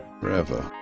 forever